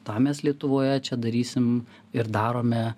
tą mes lietuvoje čia darysim ir darome